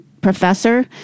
professor